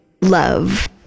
love